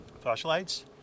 flashlights